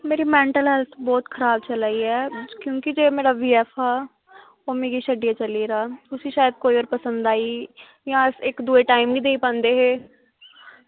मेरी mental health बहुत खराब चला दी ऐ क्योंकि जेह्ड़ा मेरी बी एफ हा ओह् मिगी छड्डियै चली गेदा उसी शायद कोई होर पसंद आई जां इक्क दूए गी टाईम निं देई पांदे हे